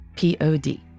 Pod